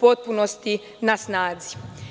potpunosti na snazi.